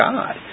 God